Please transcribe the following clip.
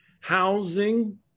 housing